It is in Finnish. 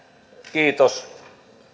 kiitos